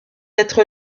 être